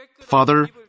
Father